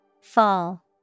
Fall